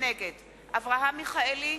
נגד אברהם מיכאלי,